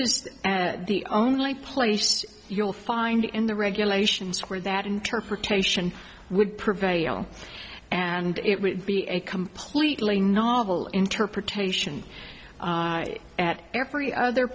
is the only place you'll find in the regulations where that interpretation would prevail and it would be a completely novel interpretation at every other